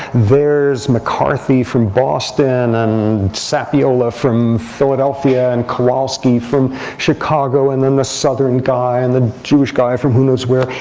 there's mccarthy from boston, boston, and sapiola from philadelphia, and kewalski from chicago, and then the southern guy, and the jewish guy from who knows where.